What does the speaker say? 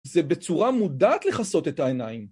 זה בצורה מודעת לכסות את העיניים.